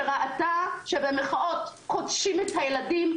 שראתה שבמחאות כותשים את הילדים,